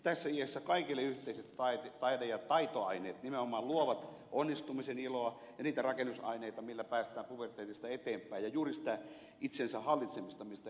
tässä iässä kaikille yhteiset taide ja taitoaineet nimenomaan luovat onnistumisen iloa ja niitä rakennusaineita millä päästään puberteetista eteenpäin ja juuri sitä itsensä hallitsemista mistä ed